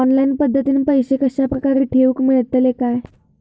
Online पद्धतीन पैसे कश्या प्रकारे ठेऊक मेळतले काय?